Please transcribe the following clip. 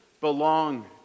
belong